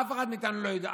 אף אחד מאיתנו לא יודע.